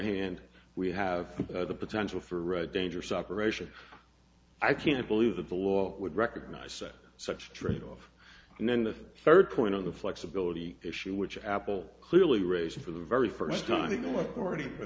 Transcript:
hand we have the potential for dangerous operation i can't believe that the law would recognize such a trade off and then the third point of the flexibility issue which apple clearly raising for the very first time english already for